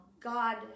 God